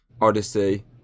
Odyssey